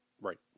Right